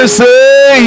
say